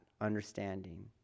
understanding